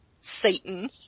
Satan